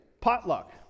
Potluck